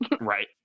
right